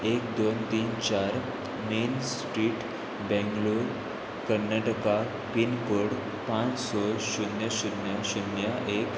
एक दोन तीन चार main street Bangalore Karnataka pin code पांच स शुन्य शुन्य शुन्य एक